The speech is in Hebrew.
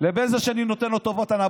לבין זה שאני נותן לו טובות הנאה?